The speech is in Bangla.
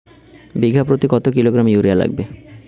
বিঘাপ্রতি কত কিলোগ্রাম ইউরিয়া লাগবে?